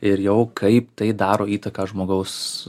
ir jau kaip tai daro įtaką žmogaus